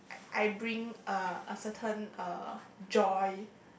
like I bring a a certain uh joy